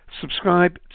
subscribe